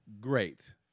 Great